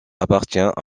appartient